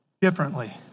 differently